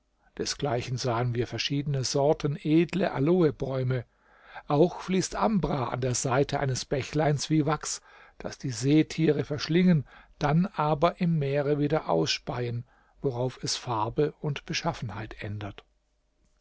desgleichen sahen wir verschiedene sorten edle aloebäume auch fließt ambra an der seite eines bächleins wie wachs das die seetiere verschlingen dann aber im meere wieder ausspeien worauf es farbe und beschaffenheit ändert